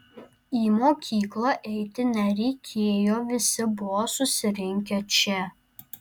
į mokyklą eiti nereikėjo visi buvo susirinkę čia